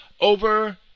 over